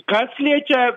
kas liečia